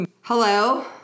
Hello